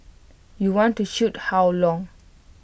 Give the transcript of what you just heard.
you want to shoot how long